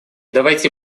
давайте